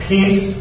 Peace